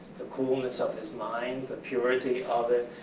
the coolness of his mind, the purity of it.